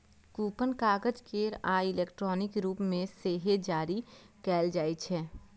coupon कागज केर आ इलेक्ट्रॉनिक रूप मे सेहो जारी कैल जाइ छै